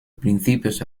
principios